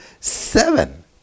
seven